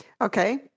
okay